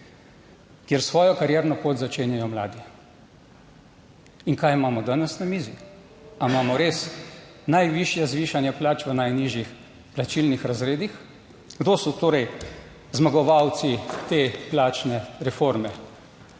kjer svojo karierno pot začenjajo mladi. In kaj imamo danes na mizi? Ali imamo res najvišje zvišanja plač v najnižjih plačilnih razredih. Kdo so torej zmagovalci te plačne reforme?